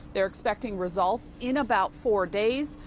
they're expecting results in about four days.